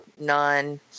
none